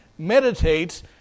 meditates